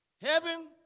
Heaven